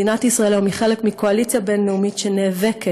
מדינת ישראל היום היא חלק מקואליציה בין-לאומית שנאבקת